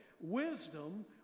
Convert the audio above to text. Wisdom